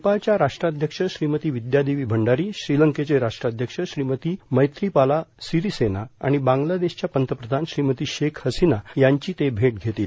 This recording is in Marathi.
नेपाळच्या राष्ट्राध्यक्ष श्रीमती विद्यादेवी भंडारी श्रीलंकेचे राष्ट्राध्यक्ष श्रीमती मैत्रिपाला सिरीसेना आणि बांग्लादेशच्या पंतप्रधान श्रीमती शेख हसीना यांची भेट घेतील